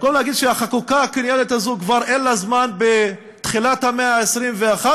במקום להגיד שהחקיקה הקולוניאלית הזאת כבר אין לה זמן בתחילת המאה ה-21,